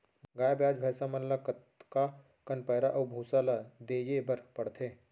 गाय ब्याज भैसा मन ल कतका कन पैरा अऊ भूसा ल देये बर पढ़थे?